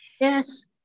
Yes